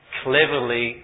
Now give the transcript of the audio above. cleverly